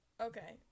okay